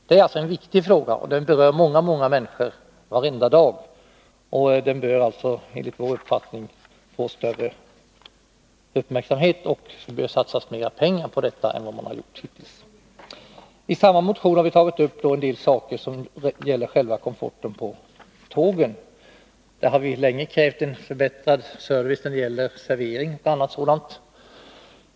Det är en viktig fråga som berör många människor varenda dag, och den bör enligt vår uppfattning få större uppmärksamhet. Det bör satsas mera pengar på detta än hittills. I samma motion har vi tagit upp komforten på själva tågen. Vi har länge krävt förbättrad service när det gäller servering.